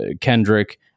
Kendrick